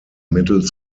middle